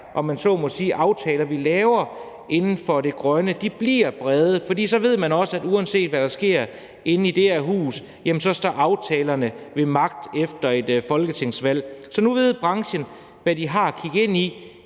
for, at de her aftaler, vi laver inden for det grønne, bliver brede, for så ved man også, at uanset hvad der sker inde i det her hus, så står aftalerne ved magt efter et folketingsvalg. Så nu ved branchen, hvad de har at kigge ind i